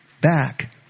back